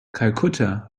kalkutta